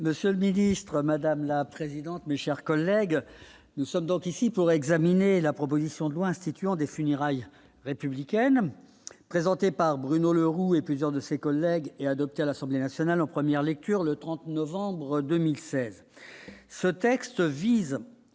Monsieur le ministre Madame la présidente, mes chers collègues, nous sommes donc ici pour examiner la proposition de loi instituant des funérailles républicaine présenté par Bruno Le Roux et plusieurs de ses collègues et adopté à l'Assemblée nationale en première lecture le 30 novembre 2016, ce texte vise